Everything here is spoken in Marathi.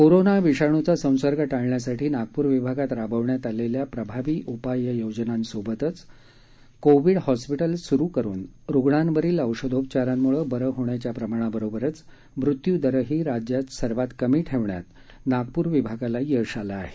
कोरोना विषाणूवा संसर्ग टाळण्यासाठी नागपूर विभागात राबविण्यात आलेल्या प्रभावी उपाययोजनासोबतच कोविड हॉस्पिटल सुरु करुन रुग्णांवरील औषोधोपचारामुळे बरे होण्याच्या प्रमाणाबरोबरच मृत्यूदरही राज्यात सर्वात कमी ठेवण्यात नागपूर विभागाला यश आलं आहे